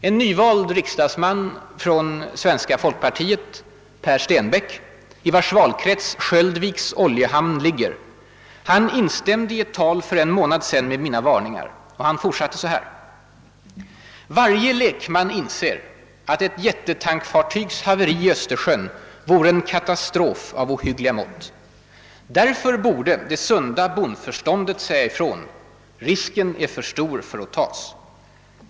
En nyvald riksdagsman från svenska folkpartiet, Pär Stenbäck, i vars valkrets Sköldviks oljehamn ligger, instämde i ett tal för en månad sedan i mina varningar och fortsatte: »Varje lekman inser att ett jättetankfartygs haveri i Östersjön vore en katastrof av ohyggliga mått. Därför borde det sunda bondförståndet säga ifrån: risken är för stor att tas.